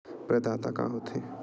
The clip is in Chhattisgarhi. प्रदाता का हो थे?